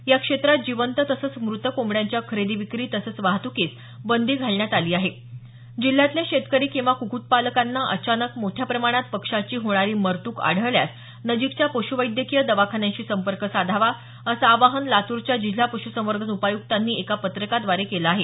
या क्षेत्रात जिवंत तसंच मृत कोंबड्यांच्या खरेदी विक्री तसंच वाहतुकीस बंदी घालण्यात आली आहे जिल्हयातील शेतकरी किंवा क्क्कटपालकांना अचानक मोठया प्रमाणात पक्षाची होणारी मरत्क आढळल्यास नजीकच्या पश्वैद्यकीय दवाखान्यांशी संपर्क साधावा असं आवाहन लातूरच्या जिल्हा पशूसंवर्धन उपायुक्तांनी एका पत्रकाव्दारे केलं आहे